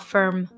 Firm